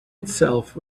itself